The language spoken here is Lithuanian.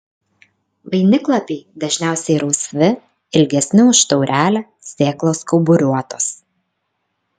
vainiklapiai dažniausiai rausvi ilgesni už taurelę sėklos kauburiuotos